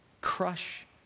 crush